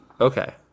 okay